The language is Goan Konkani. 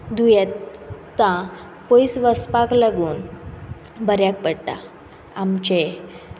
दुयेंतां पयस वचपाक लागून बऱ्याक पडटा आमचे